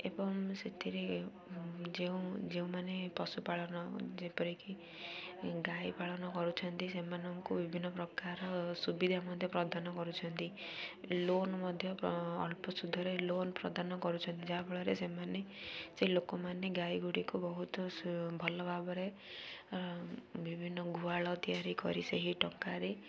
ଏବଂ ସେଥିରେ ଯେଉଁ ଯେଉଁମାନେ ପଶୁପାଳନ ଯେପରିକି ଗାଈ ପାଳନ କରୁଛନ୍ତି ସେମାନଙ୍କୁ ବିଭିନ୍ନ ପ୍ରକାର ସୁବିଧା ମଧ୍ୟ ପ୍ରଦାନ କରୁଛନ୍ତି ଲୋନ୍ ମଧ୍ୟ ଅଳ୍ପ ସୁଧରେ ଲୋନ୍ ପ୍ରଦାନ କରୁଛନ୍ତି ଯାହାଫଳରେ ସେମାନେ ସେ ଲୋକମାନେ ଗାଈ ଗୁଡ଼ିକୁ ବହୁତ ଭଲ ଭାବରେ ବିଭିନ୍ନ ଗୁହାଳ ତିଆରି କରି ସେହି ଟଙ୍କାରେ